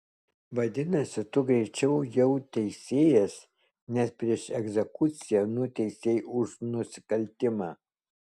vadinasi tu greičiau jau teisėjas nes prieš egzekuciją nuteisei už nusikaltimą